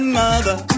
mother